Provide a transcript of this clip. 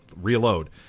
reload